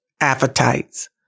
Appetites